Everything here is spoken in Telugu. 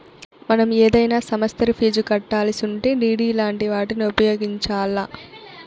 మనం ఏదైనా సమస్తరి ఫీజు కట్టాలిసుంటే డిడి లాంటి వాటిని ఉపయోగించాల్ల